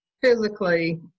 physically